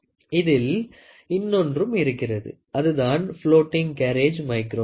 இதில் இன்னொன்றும் இருக்கிறது அதுதான் புலோட்டிங் கேரேஜ் மைக்ரோமீட்டர்